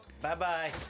Bye-bye